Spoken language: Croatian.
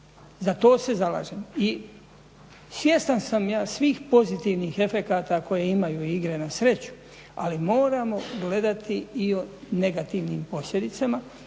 Za to se zalažem. I svjestan sam ja svih pozitivnih efekata koje imaju igre na sreću, ali moramo gledati i o negativnim posljedicama